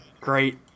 Great